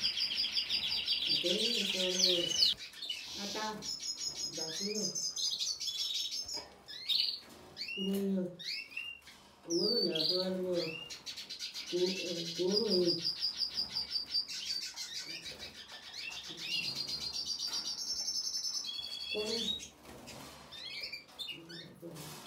Akɛɛpǝ we pɨ fǝǝlǝwǝǝ ataa dasɩrǝ, kuroŋyǝ epǝ we pɨ lǝǝ fǝǝlɨ wǝǝ koroe tuwǝ sa kʊrɩ ŋwe lǝ́ǝ fǝǝlɨ.